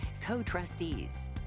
co-trustees